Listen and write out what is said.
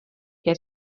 què